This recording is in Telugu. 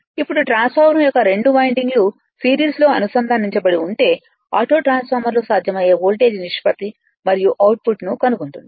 ఇప్పుడు ట్రాన్స్ఫార్మర్ యొక్క 2 వైండింగ్లు సిరీస్లో అనుసంధానించబడి ఉంటే ఆటో ట్రాన్స్ఫార్మర్ లో సాధ్యమయ్యే వోల్టేజ్ నిష్పత్తి మరియు అవుట్పుట్ను కనుగొంటుంది